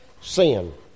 Sin